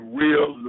real